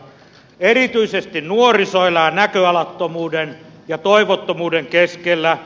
erityisesti nuoriso elää näköalattomuuden ja toivottomuuden keskellä